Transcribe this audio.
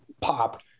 pop